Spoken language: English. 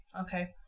Okay